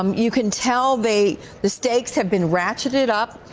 um you can tell they the stakes have been ratcheted up.